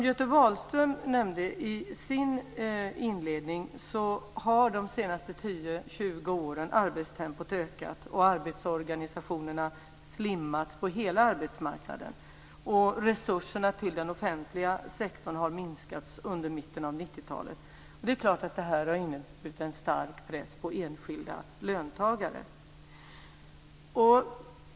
Göte Wahlström nämnde i sin inledning att under de senaste 10-20 åren har arbetstempot ökat och arbetsorganisationerna har "slimmats" på hela arbetsmarknaden. Resurserna till den offentliga sektorn har minskat sedan mitten av 90-talet. Det har inneburit en stark press på enskilda löntagare.